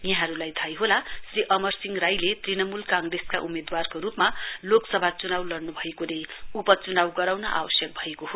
यहाँहरूलाई थाहै होला श्री अमर सिंह राईले त्णमूल काँग्रेसका उम्मेदवारको रूपमा लोकसभा चुनाउ लड़नुभएकोले उपचुनाउ गराउन आवश्यक भएको हो